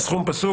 סכום פסוק,